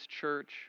church